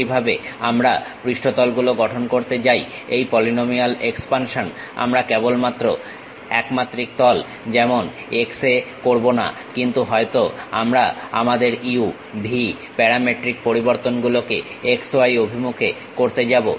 একইভাবে আমরা পৃষ্ঠতল গুলো গঠন করতে যাই এই পলিনোমিয়াল এক্সপানশন আমরা কেবল মাত্র একমাত্রিক তল যেমন x এ করবো না কিন্তু হয়তো আমরা আমাদের u v প্যারামেট্রিক পরিবর্তনগুলোকে x y অভিমুখে করতে যাবো